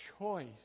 choice